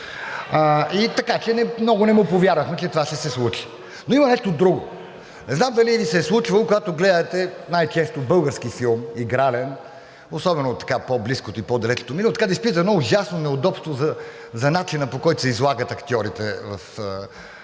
Така че много не му повярвахме, че това ще се случи, но има нещо друго. Не знам дали Ви се е случвало, когато гледате, най-често български филм – игрален, особено от по-близкото и по-далечното минало, да изпитате едно ужасно неудобство за начина, по който се излагат актьорите в